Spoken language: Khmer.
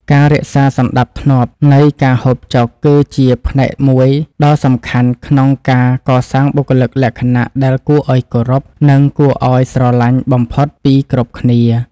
ការរក្សាសណ្តាប់ធ្នាប់នៃការហូបចុកគឺជាផ្នែកមួយដ៏សំខាន់ក្នុងការកសាងបុគ្គលិកលក្ខណៈដែលគួរឱ្យគោរព និង គួរឱ្យស្រឡាញ់បំផុតពីគ្រប់គ្នា។